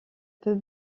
peut